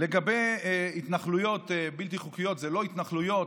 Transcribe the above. לגבי התנחלויות בלתי חוקיות, אלה לא התנחלויות.